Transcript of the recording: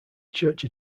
church